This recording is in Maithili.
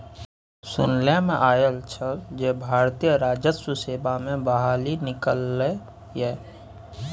सुनला मे आयल छल जे भारतीय राजस्व सेवा मे बहाली निकललै ये